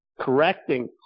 correcting